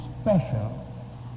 special